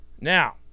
now